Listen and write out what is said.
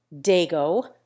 Dago